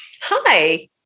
hi